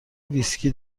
ویسکی